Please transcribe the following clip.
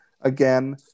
again